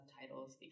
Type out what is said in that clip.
subtitles